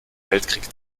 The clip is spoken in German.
weltkrieg